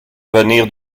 venir